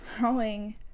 growing